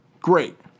Great